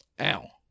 Ow